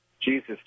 Jesus